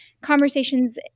conversations